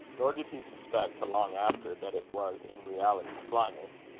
nor did he suspect, till long after, that it was in reality slyness,